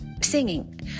singing